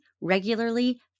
regularly